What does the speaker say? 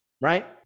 right